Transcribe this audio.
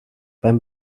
beim